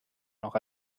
noch